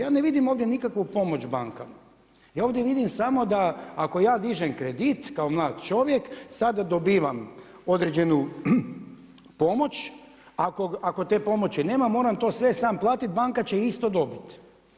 Ja ne vidim ovdje nikakvu pomoć bankama, ja ovdje vidim samo da ako ja dižem kredit kao mlad čovjek sada dobivam određenu pomoć, ako te pomoći nema moram to sve sam platiti, banka će isto dobiti.